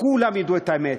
כולם ידעו את האמת,